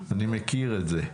אני מכיר את זה.